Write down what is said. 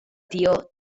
tió